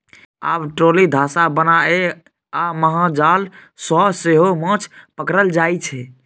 आब ट्रोली, धासा बनाए आ महाजाल सँ सेहो माछ पकरल जाइ छै